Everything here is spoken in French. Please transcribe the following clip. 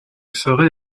ferais